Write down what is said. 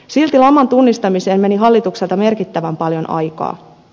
silti laman tunnistamiseen meni hallitukselta merkittävän paljon aikaa